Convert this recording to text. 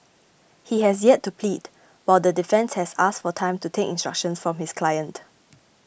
he has yet to plead while the defence has asked for time to take instructions from his client